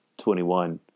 21